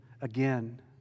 again